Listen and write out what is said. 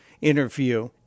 interview